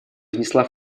внесла